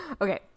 okay